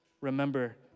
remember